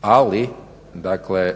Ali dakle